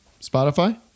Spotify